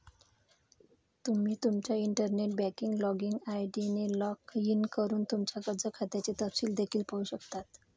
तुम्ही तुमच्या internet banking login ID ने लॉग इन करून तुमच्या कर्ज खात्याचे तपशील देखील पाहू शकता